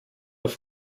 auf